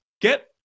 get